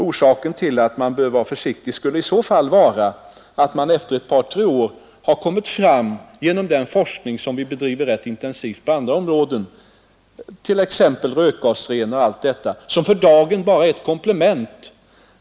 Orsaken till att man bör vara försiktig skulle i så fall vara att man efter ett par, tre år kan ha kommit längre i den forskning som vi bedriver rätt intensivt — t.ex. forskningen om rökgasrening och allt sådant, som för dagen bara är ett komplement.